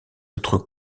autres